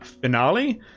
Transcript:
finale